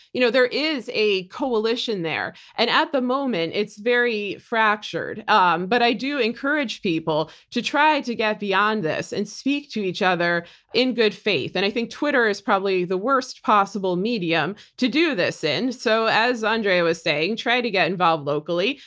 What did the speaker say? you know there is a coalition there. and at the moment, it's very fractured um but i do encourage people to try to get beyond this and speak to each other in good faith. and i think twitter is probably the worst possible medium to do this in. so as andrea was saying, try to get involved locally.